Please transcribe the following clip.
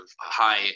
high